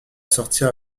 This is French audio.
sortir